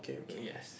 uh yes